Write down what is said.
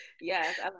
yes